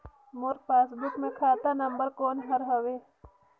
मोर passbook मे खाता number कोन हर हवे?